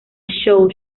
show